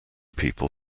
people